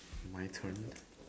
my turn